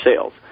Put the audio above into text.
sales